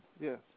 yes